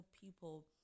people